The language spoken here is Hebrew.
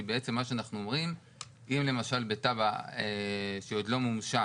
כי אנחנו אומרים שאם למשל בתב"ע שעוד לא מומשה